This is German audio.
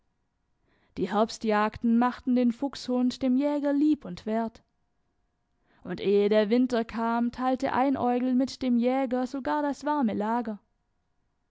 die herbstjagden machten den fuchshund dem jäger lieb und wert und ehe der winter kam teilte einäugel mit dem jäger sogar das warme lager